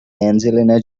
angelina